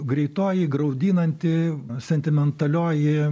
greitoji graudinanti sentimentalioji